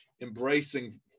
embracing